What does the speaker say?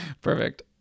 Perfect